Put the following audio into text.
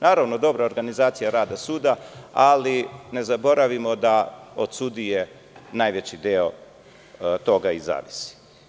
Naravno, dobra organizacija rada suda, ali ne zaboravimo da od sudije najveći deo toga i zavisi.